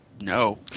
No